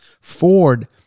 ford